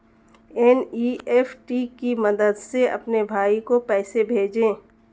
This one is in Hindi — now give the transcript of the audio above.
एन.ई.एफ.टी की मदद से अपने भाई को पैसे भेजें